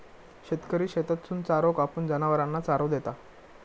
शेतकरी शेतातसून चारो कापून, जनावरांना चारो देता